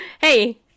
hey